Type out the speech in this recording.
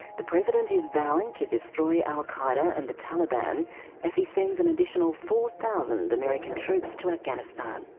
the president is vowing to destroy al qaeda and the taliban as he sends an additional four thousand american troops to afghanistan.